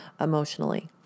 emotionally